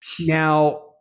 Now